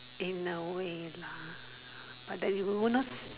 in a way lah but they will not